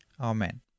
Amen